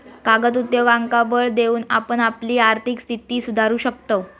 कागद उद्योगांका बळ देऊन आपण आपली आर्थिक स्थिती सुधारू शकताव